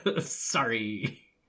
Sorry